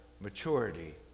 maturity